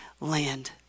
land